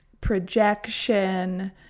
projection